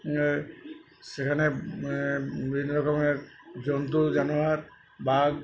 সেখানে বিভিন্ন রকমের জন্তু জানোয়ার বাঘ